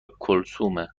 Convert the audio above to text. کلثومه